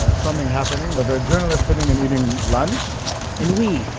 ah something happening. that there are journalists sitting and eating lunch and we,